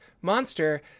monster